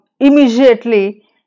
immediately